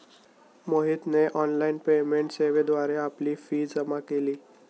मोहितने online payment सेवेद्वारे आपली फी जमा केली